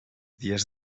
dies